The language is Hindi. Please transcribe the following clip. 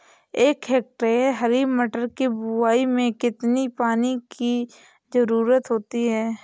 एक हेक्टेयर हरी मटर की बुवाई में कितनी पानी की ज़रुरत होती है?